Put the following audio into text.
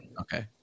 Okay